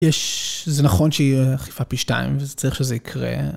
יש, זה נכון שהיא אכיפה פי שתיים וזה צריך שזה יקרה.